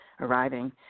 arriving